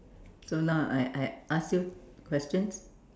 so now I I ask you questions